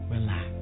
Relax